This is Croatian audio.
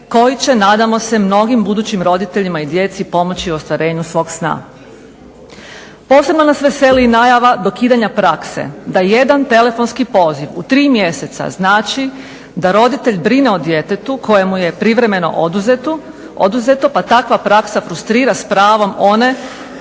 koji će nadamo se mnogim budućim roditeljima i djeci pomoći u ostvarenju svog sna. Posebno nas veseli i najava dokidanja prakse da jedan telefonski poziv u tri mjeseca znači da roditelj brine o djetetu koje mu je privremeno oduzeto pa takva praksa frustrira s pravom one